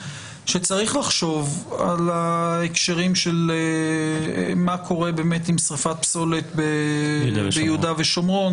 שצריך לחשוב על ההקשרים של מה קורה עם שריפת פסולת ביהודה ושומרון.